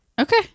Okay